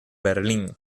berlín